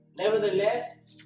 Nevertheless